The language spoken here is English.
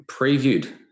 previewed